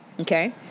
Okay